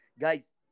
Guys